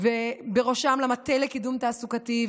ובראשם למטה לקידום תעסוקתי,